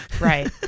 Right